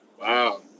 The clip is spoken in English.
Wow